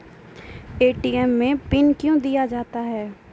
ATM मे PIN कयो दिया जाता हैं?